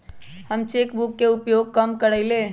हम cheque book के उपयोग कम करइले